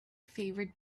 favored